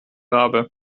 rabe